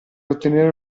ottenere